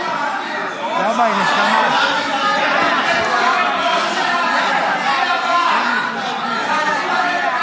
גברתי סגנית מזכירת הכנסת, אנא המשיכי,